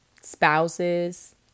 spouses